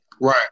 Right